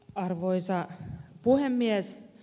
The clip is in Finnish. arvoisa puhemies